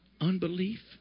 unbelief